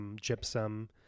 gypsum